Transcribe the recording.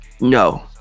no